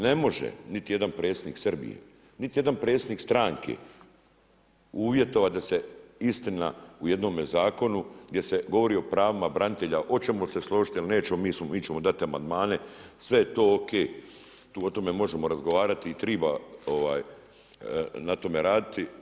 Ne može niti jedan predsjednik Srbije, niti jedan predsjednik stranke uvjetovati da se istina u jednome zakonu, gdje se govori o pravima branitelja hoćemo li se složiti ili nećemo, mi ćemo dati amandmane, sve je to o.k. o tome možemo razgovarati i triba na tome raditi.